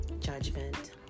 judgment